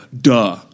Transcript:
Duh